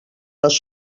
les